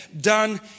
done